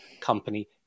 company